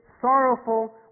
sorrowful